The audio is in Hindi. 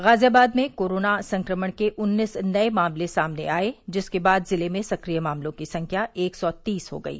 गाजियाबाद में कोरोना संक्रमण के उन्नीस नए मामले सामने आए जिसके बाद जिले में सक्रिय मामलों की संख्या एक सौ तीस हो गयी